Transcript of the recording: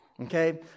Okay